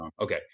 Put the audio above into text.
Okay